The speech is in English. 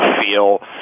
feel